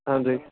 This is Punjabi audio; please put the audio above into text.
ਹਾਂਜੀ